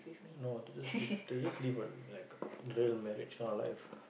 no to just live to just live a like real marriage kind of life